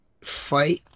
fight